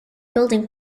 building